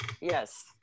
Yes